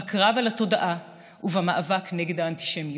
בקרב על התודעה ובמאבק נגד האנטישמיות.